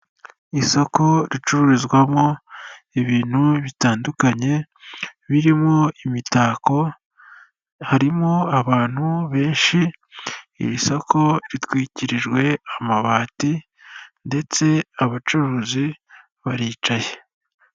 Isoko ricururizwamo ibintu bitandukanye birimo imitako, harimo abantu benshi, iri soko ritwikirijwe amabati ndetse abacuruzi baricaye.